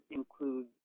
include